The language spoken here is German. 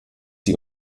die